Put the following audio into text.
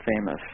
famous